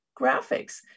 graphics